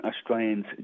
australians